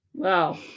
Wow